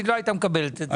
היא לא הייתה מקבלת את זה.